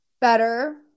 Better